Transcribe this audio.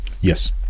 Yes